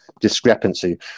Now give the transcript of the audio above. discrepancy